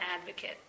advocate